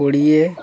କୋଡ଼ିଏ